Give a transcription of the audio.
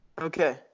Okay